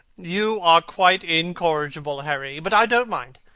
you are quite incorrigible, harry but i don't mind.